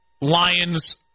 Lions